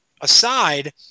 aside